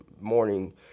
morning